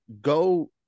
go